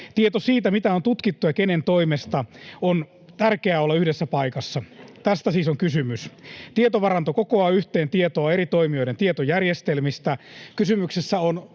Tiedon siitä, mitä on tutkittu ja kenen toimesta, on tärkeää olla yhdessä paikassa. Tästä siis on kysymys. Tietovaranto kokoaa yhteen tietoa eri toimijoiden tietojärjestelmistä. Kysymyksessä on